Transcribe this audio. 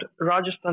Rajasthan